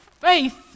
faith